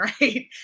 Right